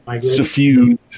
suffused